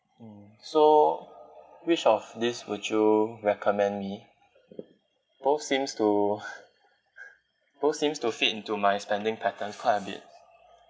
mm so which of these would you recommend me both seems to both seems to fit into my spending pattern quite a bit